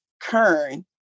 kern